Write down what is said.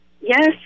Yes